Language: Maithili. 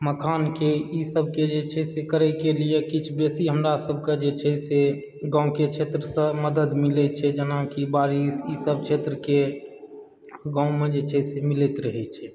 मखानके ई सभके जे छै से करयके लिए किछु बेसी हमरा सभकऽ जे छै से गाँवके क्षेत्रसँ मदद मिलैत छै जेनाकि बारिश ईसभ क्षेत्रके गाँवमे जे छै से मिलैत रहैत छै